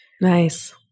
Nice